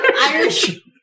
Irish